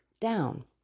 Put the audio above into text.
down